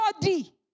body